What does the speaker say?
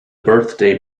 birthday